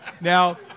Now